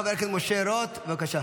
חבר הכנסת משה רוט, בבקשה.